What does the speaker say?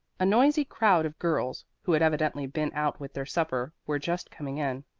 a noisy crowd of girls, who had evidently been out with their supper, were just coming in.